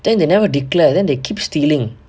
then they never declare then they keep stealing